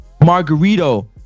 Margarito